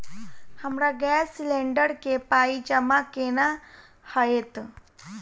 हमरा gas cylinder केँ पाई जमा केना हएत?